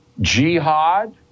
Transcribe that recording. jihad